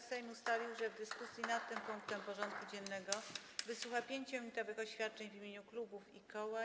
Sejm ustalił, że w dyskusji nad tym punktem porządku dziennego wysłucha 5-minutowych oświadczeń w imieniu klubów i koła.